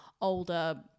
older